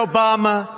Obama